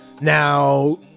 Now